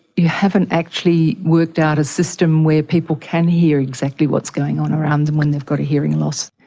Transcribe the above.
you haven't actually worked out a system where people can hear exactly what's going on around them when they have got a hearing loss.